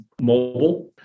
mobile